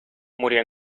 murió